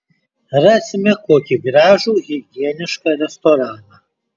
rasime kokį gražų higienišką restoraną